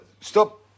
stop